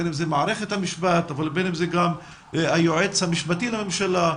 בין אם זה מערכת המשפט ובין אם זה גם היועץ המשפטי לממשלה,